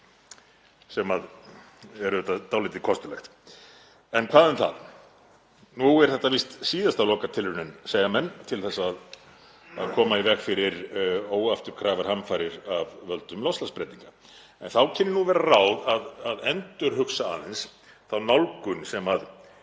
sem er auðvitað dálítið kostulegt. En hvað um það, nú er þetta víst síðasta lokatilraunin, segja menn, til að koma í veg fyrir óafturkræfar hamfarir af völdum loftslagsbreytinga. Þá kynni nú vera ráð að endurhugsa aðeins þá nálgun sem